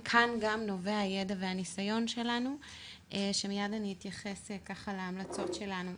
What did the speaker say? מכאן גם נובע הידע והניסיון שלנו ומייד אני אתייחס להמלצות שלנו.